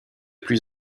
plus